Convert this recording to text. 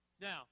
Now